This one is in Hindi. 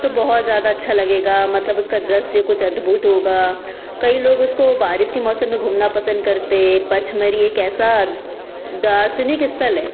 तो बहुत ज़्यादा अच्छा लगेगा मतलब उसका दृश्य कुछ अद्भुत होगा कई लोग उसको बारिश के मौसम में घूमना पसंद करते हैं पंचमड़ी एक ऐसा दार्शनिक स्थल है